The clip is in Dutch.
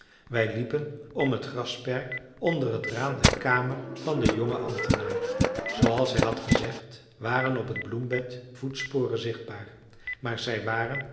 wij liepen om het grasperk onder het raam der kamer van den jongen ambtenaar zooals hij had gezegd waren op het bloembed voetsporen zichtbaar maar zij waren